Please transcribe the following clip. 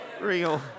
real